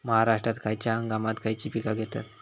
महाराष्ट्रात खयच्या हंगामांत खयची पीका घेतत?